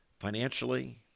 financially